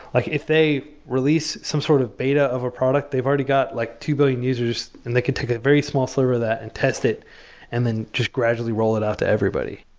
like if they release some sort of beta of a product, they've already got like two billion users and they could take a very small server of that and test it and then just gradually roll it off to everybody.